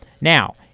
Now